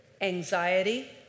anxiety